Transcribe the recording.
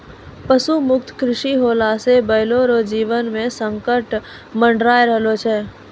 पशु मुक्त कृषि होला से बैलो रो जीवन मे संकट मड़राय रहलो छै